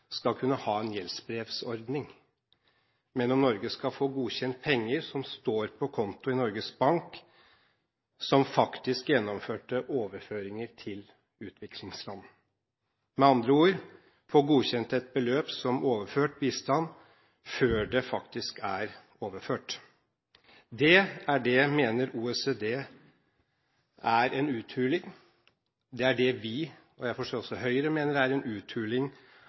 skal kunne ha en gjeldsbrevordning. Det er om Norge skal få godkjent penger, som står på konto i Norges Bank, som faktisk gjennomførte overføringer til utviklingsland – med andre ord: få godkjent et beløp som overført bistand før det faktisk er overført. Det er det OECD mener er en uthuling. Det er det vi – og jeg forstår også Høyre – mener er en uthuling